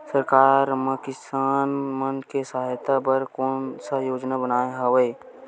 सरकार हा किसान मन के सहायता बर कोन सा योजना बनाए हवाये?